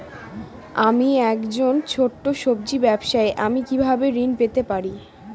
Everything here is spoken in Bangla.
আমি একজন ছোট সব্জি ব্যবসায়ী আমি কিভাবে ঋণ পেতে পারি?